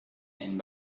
and